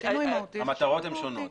המטרות הן שונות.